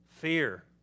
fear